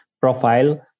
profile